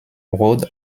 rode